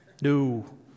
No